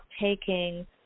taking